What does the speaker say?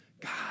God